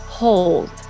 Hold